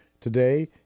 today